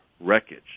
wreckage